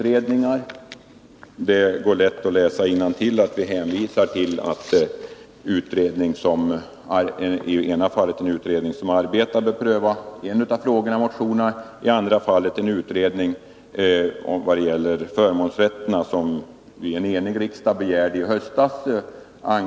Det går bra att läsa innantill i betänkandet att vi hänvisar till en utredning som arbetar med en av de frågor som tas upp i nämnda motion och en utredning angående royalties, som en enig riksdag begärde i höstas.